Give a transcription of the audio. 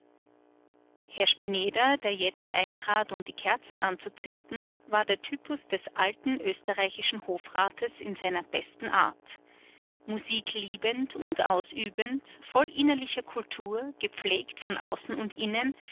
herr spineder der jetzt eintrat um die kerzen anzuzünden war der typus des alten österreichischen hofrates in seiner besten art musik liebend und ausübend voll innerlicher kultur gepflegt von außen und innen